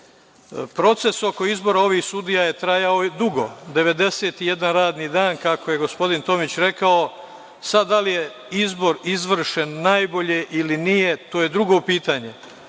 desi. Proces oko izbora ovih sudija je trajao dugo, 91 radni dan, kako je gospodin Tomić rekao. Sad, da li je izbor izvršen najbolje ili nije, to je drugo pitanje.